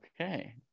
Okay